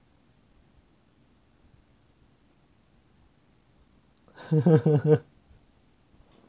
呵呵